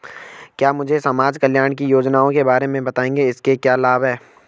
क्या मुझे समाज कल्याण की योजनाओं के बारे में बताएँगे इसके क्या लाभ हैं?